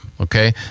okay